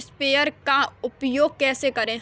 Sprayer का उपयोग कैसे करें?